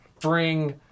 bring